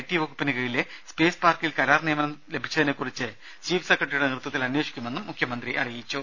T വകുപ്പിന് കീഴിലെ space പാർക്കിൽ കരാർ നിയമനം ലഭിച്ചതിനെക്കുറിച്ച് ചീഫ് സെക്രട്ടറിയുടെ നേതൃത്വത്തിൽ അന്വേഷിക്കുമെന്നും മുഖ്യമന്ത്രി അറിയിച്ചു